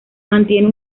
mantiene